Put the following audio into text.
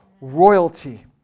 royalty